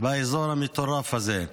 באזור המטורף הזה.